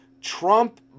Trump